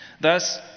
Thus